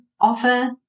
Offer